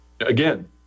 Again